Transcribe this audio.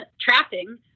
trapping